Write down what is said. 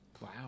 Wow